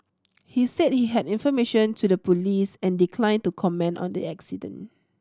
he said he had information to the police and declined to comment on the accident